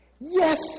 Yes